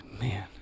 man